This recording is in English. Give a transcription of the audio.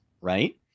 right